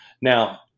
Now